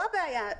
פה הבעיה.